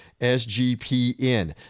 SGPN